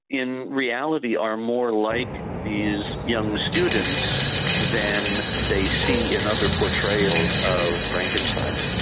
in reality, are more like these young students than they see in other portrayals of frankenstein.